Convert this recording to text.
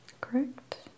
Correct